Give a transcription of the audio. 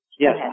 Yes